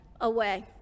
away